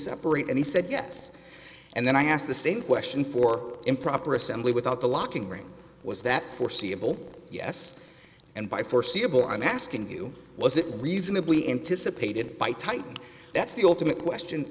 separate and he said yes and then i ask the same question for improper assembly without the locking ring was that foreseeable yes and by foreseeable i'm asking you was it reasonably intice a painted by titan that's the ultimate question